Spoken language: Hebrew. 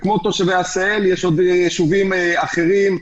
כמו תושבי עשהאל יש עוד ישובים אחרים,